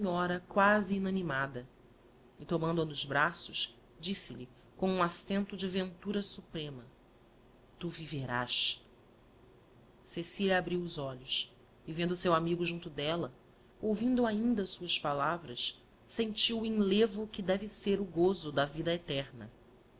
senhora quasi inanimada e tomando-a nos braços disse-lhe com um accento de ventura suprema tu viverás cecília abriu os olhos e vendo seu amigo junto delia ouvindo ainda suas palavras sentiu o enlevo que deve ser o gozo da vida eterna